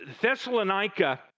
Thessalonica